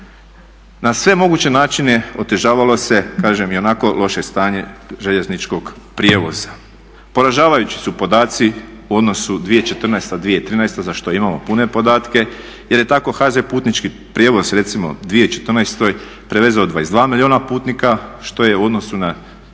Na sve moguće načine otežavalo se, kažem i onako loše stanje željezničkog prijevoza. Poražavajući su podaci u odnosu 2014./2013. za što imamo pune podatke, jer je tako HŽ Putnički prijevoz recimo u 2014. prevezao 22 milijuna putnika što je u odnosu na